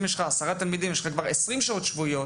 אם יש לך עשרה תלמידים יש לך כבר 20 שעות שבועיות.